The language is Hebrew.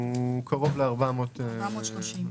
קרוב ל-430.